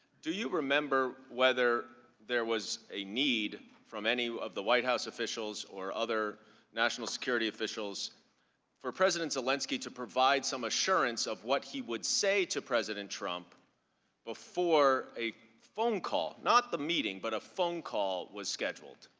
do you remember whether there was a need from any of the white house officials or other national security officials for president zelensky to provide some assurance of what he would say to president trump before a phone call? not the meeting but a phone call was scheduled?